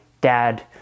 dad